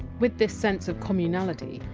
with this sense of communality!